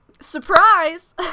surprise